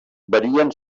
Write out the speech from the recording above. varien